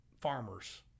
farmers